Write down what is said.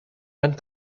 rent